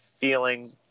feeling